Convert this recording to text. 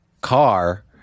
car